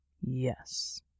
Yes